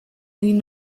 egin